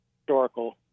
historical